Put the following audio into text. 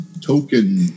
token